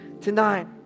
Tonight